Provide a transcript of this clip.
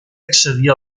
accedir